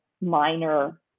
minor